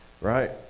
Right